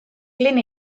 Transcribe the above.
glyn